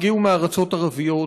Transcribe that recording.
הגיעו מארצות ערביות,